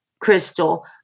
Crystal